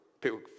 people